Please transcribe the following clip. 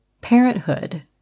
Parenthood